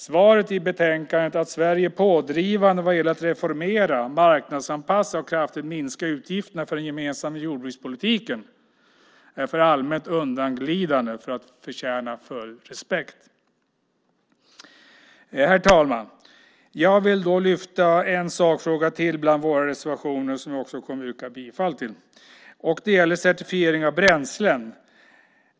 Svaret i betänkandet att Sverige är pådrivande vad gäller att reformera, marknadsanpassa och kraftigt minska utgifterna för den gemensamma jordbrukspolitiken är för allmänt undanglidande för att förtjäna respekt. Herr talman! Jag vill lyfta ännu en sakfråga bland våra reservationer. Den kommer jag också att yrka bifall till. Det gäller certifiering av bränslen.